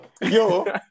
yo